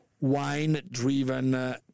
wine-driven